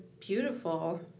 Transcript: beautiful